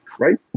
Right